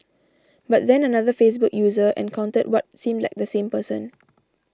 but then another Facebook user encountered what seemed like the same person